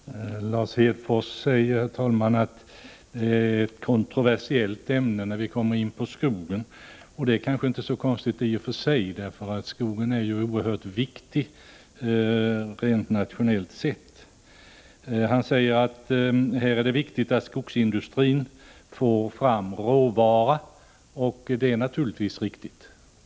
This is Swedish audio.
Herr talman! Lars Hedfors säger att det är ett kontroversiellt ämne när vi kommer in på skogen. Det är kanske i och för sig inte så konstigt, eftersom skogen är oerhört viktig nationellt sett. Lars Hedfors framhöll att det är angeläget att skogsindustrin får fram råvara. Det är naturligtvis riktigt.